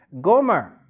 Gomer